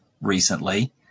recently